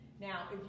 Now